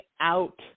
out